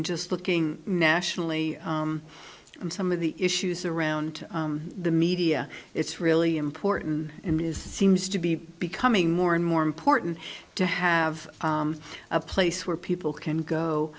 mean just looking nationally and some of the issues around the media it's really important in this seems to be becoming more and more important to have a place where people can go